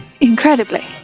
incredibly